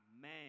Amen